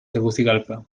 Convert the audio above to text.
tegucigalpa